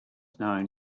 known